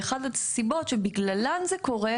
ואחד הסיבות שבגללן זה קורה,